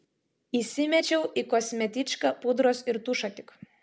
įsimečiau į kosmetičką pudros ir tušą tik